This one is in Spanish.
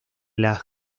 las